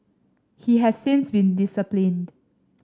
he has since been disciplined